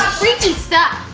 freaky stuff.